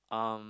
um